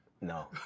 No